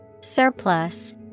Surplus